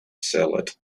salad